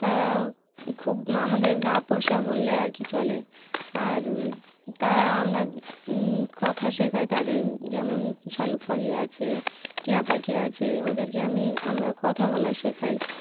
তারা খুব আমাদের গা পোষা বললে আর কি চলে আর তারা আমরা কথা শেখায় তাদের যেমন শালিক পাখি আছে টিঁয়া পাখি আছে ওদেরকে আমি আমরা কথা বলা শেখাই